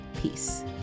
Peace